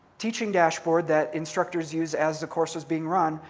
teaching dashboard that instructors use as the course was being run,